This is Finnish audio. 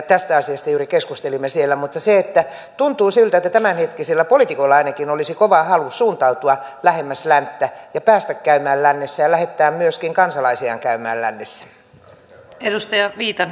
tästä asiasta juuri keskustelimme siellä mutta tuntuu siltä että tämänhetkisillä poliitikoilla ainakin olisi kova halu suuntautua lähemmäs länttä ja päästä käymään lännessä ja lähettää myöskin kansalaisiaan käymään lännessä